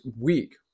week